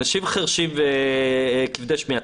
אנשים חירשים וכבדי שמיעה,